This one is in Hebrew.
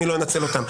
ואני לא אנצל אותה.